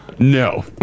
No